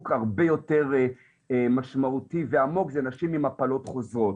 הרבה יותר משמעותי ועמוק ואלו נשים עם הפלות חוזרות.